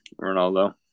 Ronaldo